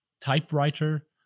typewriter